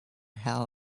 hal